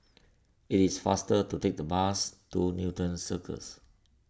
it is faster to take the bus to Newton Circus